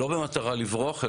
לא במטרה לברוח,